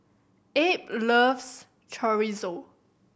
Abe loves Chorizo